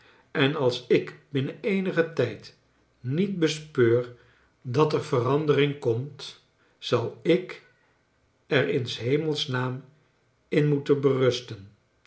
en als ik binnen eenigen tijd niet bespeur dat er verandering komt zal ik er in s hemels naam in moeten berusten